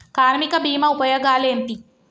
కార్మిక బీమా ఉపయోగాలేంటి?